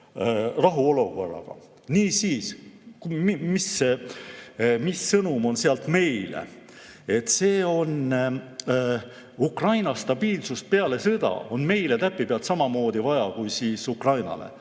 rahuolukorraga. Niisiis, mis sõnum on sealt meile? Ukraina stabiilsust peale sõda on meile täpipealt samamoodi vaja kui Ukrainale.